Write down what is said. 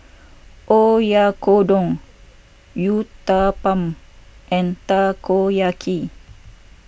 Oyakodon Uthapam and Takoyaki